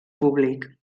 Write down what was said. públic